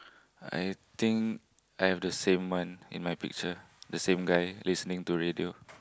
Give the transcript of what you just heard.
I think I have to seen one in my picture the same guy listening to radio